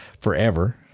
forever